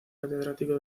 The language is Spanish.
catedrático